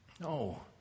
No